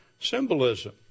symbolism